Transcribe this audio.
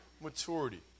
maturity